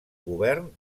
govern